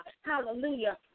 Hallelujah